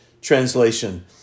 translation